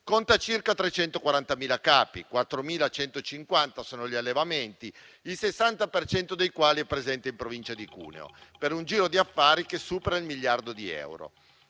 conta circa 340.000 capi; 4.150 sono gli allevamenti, il 60 per cento dei quali è presente in Provincia di Cuneo, per un giro d'affari che supera il miliardo di euro.